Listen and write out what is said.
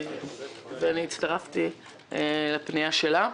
הצטרפתי לפנייה שלה.